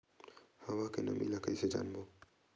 हवा के नमी ल कइसे जानबो?